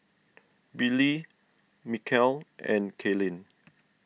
Billy Michal and Kaylin